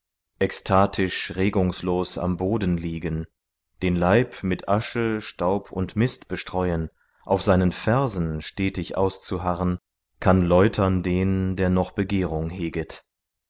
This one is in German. ekstatisch regungslos am boden liegen den leib mit asche staub und mist bestreuen auf seinen fersen stetig auszuharren kann läutern den der noch begehrung heget